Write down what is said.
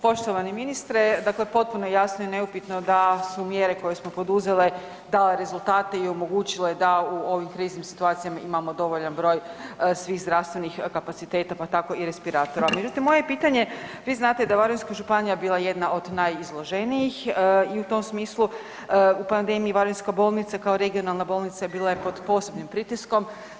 Poštovani ministre, dakle potpuno je jasno i neupitno da su mjere koje smo poduzeli dale rezultate i omogućile da u ovim kriznim situacijama imamo dovoljan broj svih zdravstvenih kapaciteta, pa tako i respiratora, međutim, moje pitanje, vi znate da je Varaždinska županija bila jedna od najizloženijih i u tom smislu, u pandemija, varaždinska bolnica, kao regionalna bolnica bila je pod posebnim pritiskom.